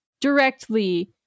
directly